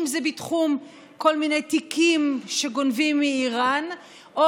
אם זה בתחום כל מיני תיקים שגונבים מאיראן או